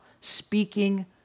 speaking